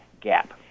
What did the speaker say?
gap